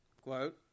quote